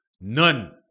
None